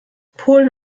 polen